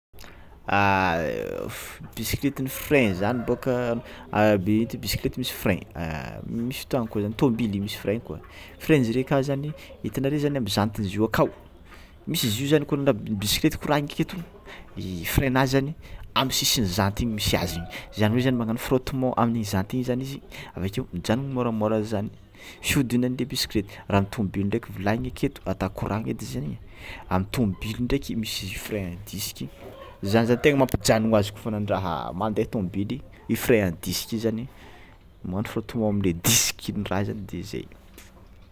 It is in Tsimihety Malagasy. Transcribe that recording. Bisikleta frein zany bôka bisikleta misy frein misy fotoagna koa zany tobile misy frein koa; freinzy reo akao zany hitanareo ao amin'ny janten'izy io akao misy zio zany kony raha ny bisklety koraniko aketo gente freinazy amy sisin'ny jante igny misy azy zany hoe zany magnano frottement amin'ny jante igny zany izy avakeo mijanogna môramôra zany fiodognan'ny bisklete. Raha amy tomobily ndray volagny aketo ataoko raha eky zany amin'ny tobile ndraiky misy frein disque zany zany tegna mampijanogna azy kôfa nandraha mandeha tobily i frain disque i zany magnagno frottement amy diska igny raha igny zany de zay.